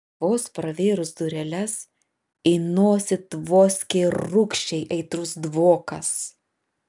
vos pravėrus dureles į nosį tvoskė rūgščiai aitrus dvokas